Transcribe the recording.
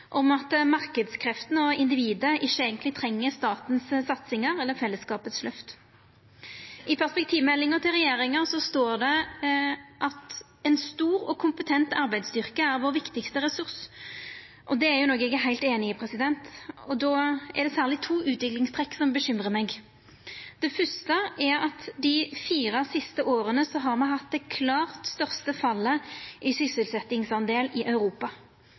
om at marknadskreftene og individet ikkje eigentleg treng satsingane til staten eller lyftet til fellesskapet. I perspektivmeldinga til regjeringa står det at en «stor og kompetent arbeidsstyrke er vår viktigste ressurs», og det er noko eg er heilt einig i. Då er det særleg to utviklingstrekk som bekymrar meg: Det fyrste er at dei fire siste åra har me hatt det klart største fallet i sysselsetjingsdel i Europa.